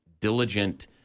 diligent